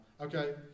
okay